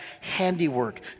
handiwork